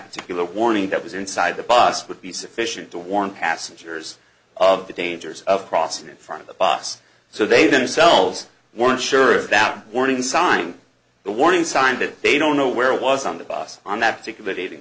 particular warning that was inside the bus would be sufficient to warn passengers of the dangers of crossing in front of the bus so they themselves weren't sure about warning signs the warning signs that they don't know where was on the bus on that particular dating